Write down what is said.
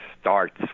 starts